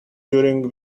during